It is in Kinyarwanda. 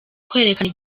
kwerekana